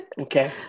Okay